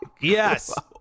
Yes